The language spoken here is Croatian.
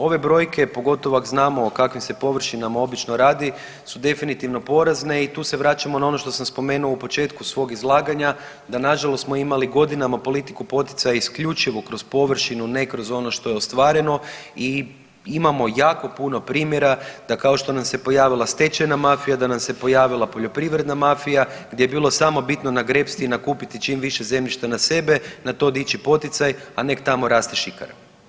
Ove brojke pogotovo ako znamo o kakvim se površinama obično radi su definitivno porazne i tu se vraćamo na ono što sam spomenuo u početku svog izlaganja da nažalost smo imali godinama politiku poticaja isključivo kroz površinu, ne kroz ono što je ostvareno i imamo jako puno primjera da kao što nam se pojavila stečajna mafija da nam se pojavila poljoprivredna mafija gdje je bilo samo bitno nagrepsti i nakupiti čim više zemljišta na sebe, na to dići poticaj, a nek tamo raste šikara.